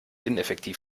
ineffektiv